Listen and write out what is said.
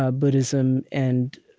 ah buddhism and